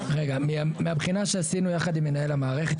-- מהבחינה שעשינו יחד עם מנהל המערכת,